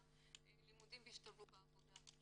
אנחנו מדברים על יוצאי אתיופיה ויוצאי חבר העמים.